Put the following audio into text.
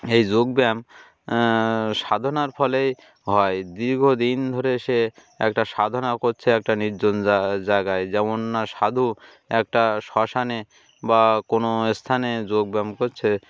এই যোগব্যায়াম সাধনার ফলেই হয় দীর্ঘদিন ধরে সে একটা সাধনা করছে একটা নির্জন জায়গায় যেমন না সাধু একটা শ্মশানে বা কোনো স্থানে যোগব্যায়াম করছে